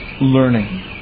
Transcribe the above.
learning